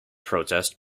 protest